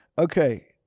Okay